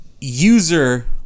User